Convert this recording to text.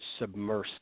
submersed